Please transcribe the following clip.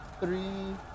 three